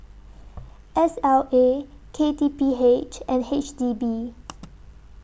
S L A K T P H and H D B